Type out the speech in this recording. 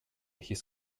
his